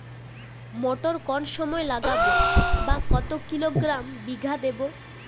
মটর কোন সময় লাগাবো বা কতো কিলোগ্রাম বিঘা দেবো?